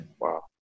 Wow